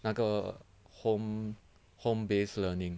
那个 home home based learning